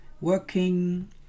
Working